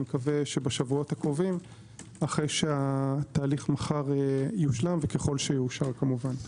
אני מקווה שבשבועות הקרובים אחרי שהתהליך חמר יושלם וככל שיאושר כמובן.